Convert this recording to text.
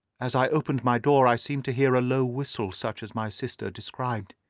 as i opened my door i seemed to hear a low whistle, such as my sister described,